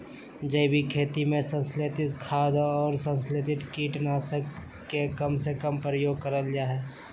जैविक खेती में संश्लेषित खाद, अउर संस्लेषित कीट नाशक के कम से कम प्रयोग करल जा हई